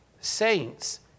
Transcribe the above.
Saints